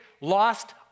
lost